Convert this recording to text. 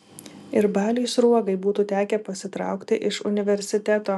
ir baliui sruogai būtų tekę pasitraukti iš universiteto